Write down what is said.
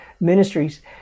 Ministries